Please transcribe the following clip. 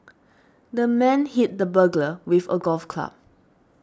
the man hit the burglar with a golf club